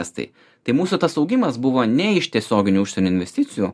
estai tai mūsų tas augimas buvo ne iš tiesioginių užsienio investicijų